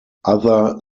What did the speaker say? other